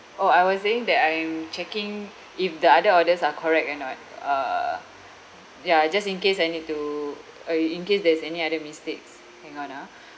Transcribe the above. orh I was saying that I am checking if the other orders are correct or not uh yeah just in case I need to uh uh in case there is any other mistakes hang on ah